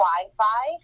Wi-Fi